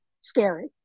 scary